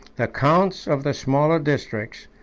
the counts of the smaller districts,